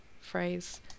phrase